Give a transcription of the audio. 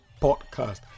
podcast